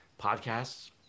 podcasts